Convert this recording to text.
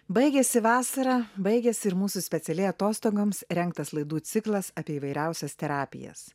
baigėsi vasara baigėsi ir mūsų specialiai atostogoms rengtas laidų ciklas apie įvairiausias terapijos